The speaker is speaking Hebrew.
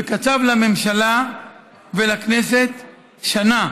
וקצב לממשלה ולכנסת שנה,